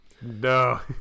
No